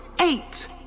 Eight